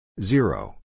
Zero